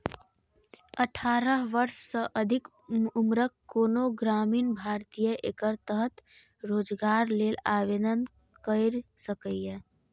अठारह वर्ष सँ अधिक उम्रक कोनो ग्रामीण भारतीय एकर तहत रोजगार लेल आवेदन कैर सकैए